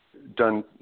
done